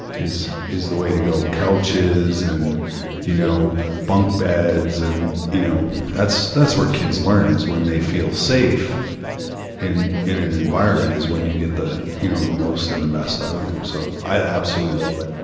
is is the way to go. couches and you know bunk beds, and you know, that's that's where kids learn is when they feel safe in in an environment is when you get the, you know, the most and the best out of them. so, i absolutely love it,